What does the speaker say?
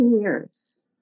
years